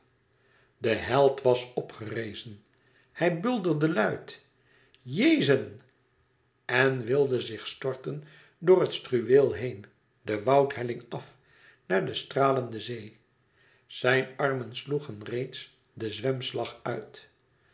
de held was opgerezen hij bulderde luide iazon en wilde zich storten door het struweel heen de woudhelling af naar de stralende zee zijn armen sloegen reeds den zwemslag uit